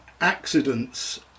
accidents